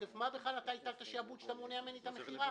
מתוקף מה בכלל אתה הטלת שעבוד שאתה מונע ממני את המכירה?